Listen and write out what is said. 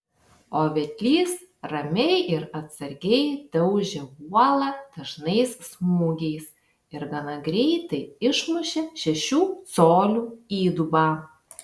o vedlys ramiai ir atsargiai daužė uolą dažnais smūgiais ir gana greitai išmušė šešių colių įdubą